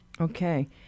Okay